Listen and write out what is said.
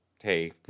hey